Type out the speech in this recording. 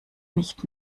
nicht